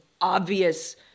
obvious